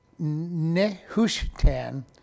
Nehushtan